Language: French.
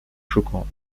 choquant